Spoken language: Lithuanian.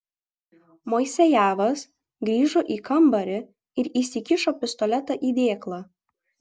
moisejevas grįžo į kambarį ir įsikišo pistoletą į dėklą